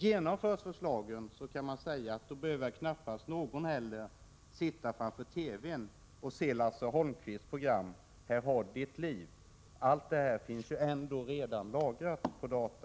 Då skulle väl knappast någon behöva sitta framför TV:n och se Lasse Holmqvists program ”Här är ditt liv”. Alla de uppgifter som lämnas där finns ju ändå redan lagrade på data.